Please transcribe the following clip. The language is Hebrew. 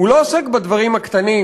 הוא לא עוסק בדברים הקטנים,